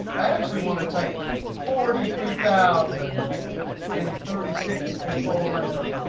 i actually want to type forty three thousand and thirty six control enter.